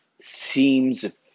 seems